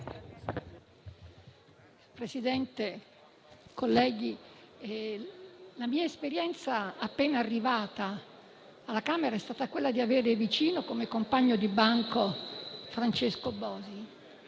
Presidente, colleghi, la mia esperienza, appena arrivata alla Camera, è stata quella di avere vicino, come compagno di banco, Francesco Bosi.